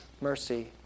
mercy